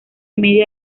media